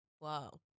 Wow